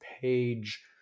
page